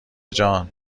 جان